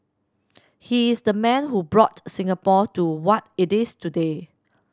he is the man who brought Singapore to what it is today